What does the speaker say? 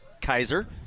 Kaiser